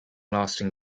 lasting